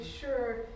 sure